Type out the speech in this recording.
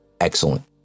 excellent